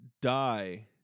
die